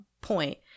point –